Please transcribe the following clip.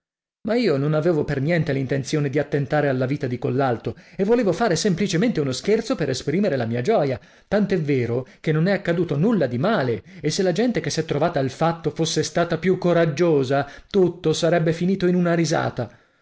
ma io non avevo per niente l'intenzione di attentare alla vita di collalto e volevo fare semplicemente uno scherzo per esprimere la mia gioia tant'è vero che non è accaduto nulla di male e se la gente che s'è trovata al fatto fosse stata più coraggiosa tutto sarebbe finito in una risata